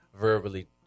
verbally